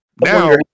Now